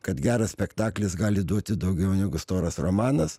kad geras spektaklis gali duoti daugiau negu storas romanas